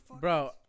Bro